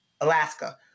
Alaska